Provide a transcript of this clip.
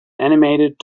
animated